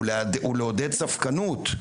הוא לעודד ספקנות,